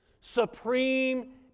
supreme